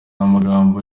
amagambo